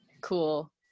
Cool